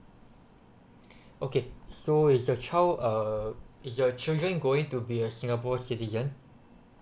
okay so is your child uh is your children going to be a singapore citizen